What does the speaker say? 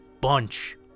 bunch